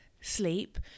sleep